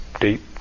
deep